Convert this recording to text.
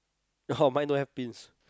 oh mine don't have pins